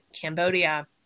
Cambodia